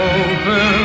open